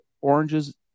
oranges